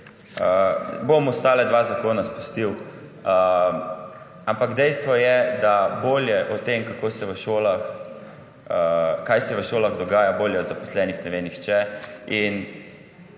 Bom ostala dva zakona izpustil, ampak dejstvo je, da bolje o tem kaj se v šolah dogaja bolje od zaposlenih ne ve nihče. In